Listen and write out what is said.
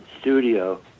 studio